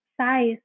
size